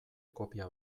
kopia